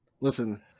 Listen